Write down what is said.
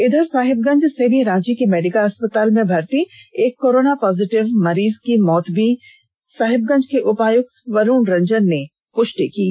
इधर साहेबगंज से भी रांची के मेडिका अस्पताल में भर्त्ती एक कोरोना पॉजिटिव मरीज की मौत की साहेबगंज के उपायुक्त वरुण रंजन ने पुष्टि की है